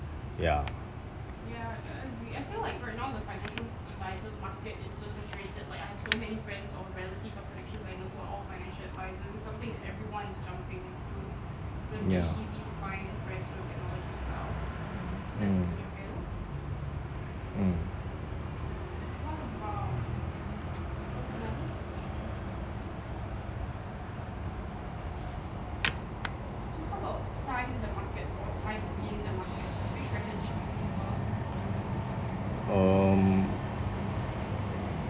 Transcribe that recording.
ya ya mm mm um